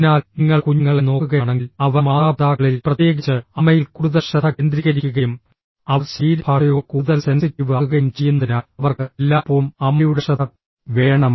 അതിനാൽ നിങ്ങൾ കുഞ്ഞുങ്ങളെ നോക്കുകയാണെങ്കിൽ അവർ മാതാപിതാക്കളിൽ പ്രത്യേകിച്ച് അമ്മയിൽ കൂടുതൽ ശ്രദ്ധ കേന്ദ്രീകരിക്കുകയും അവർ ശരീരഭാഷയോട് കൂടുതൽ സെൻസിറ്റീവ് ആകുകയും ചെയ്യുന്നതിനാൽ അവർക്ക് എല്ലായ്പ്പോഴും അമ്മയുടെ ശ്രദ്ധ വേണം